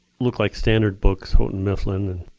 look like standard books, houghton mifflin,